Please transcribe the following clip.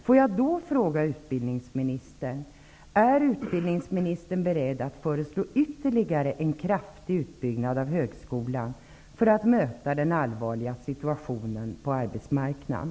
Jag vill då fråga utbildningsministern: Är utbildningsministern beredd att föreslå ytterligare en kraftig utbyggnad av högskolan för att möta den allvarliga situationen på arbetsmarknaden?